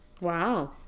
Wow